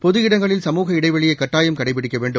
பொது இடங்களில் சமுக இடைவெளியைக் கட்டாயம் கடைபிடிக்க வேண்டும்